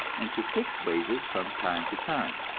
and to fix wages from time to time.